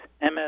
MS